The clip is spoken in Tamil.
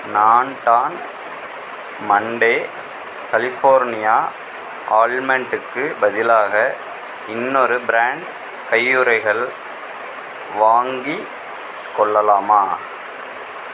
நான் டான் மண்டே கலிஃபோர்னியா ஆல்மண்ட்டுக்கு பதிலாக இன்னொரு பிராண்ட் கையுறைகள் வாங்கிக் கொள்ளலாமா